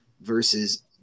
versus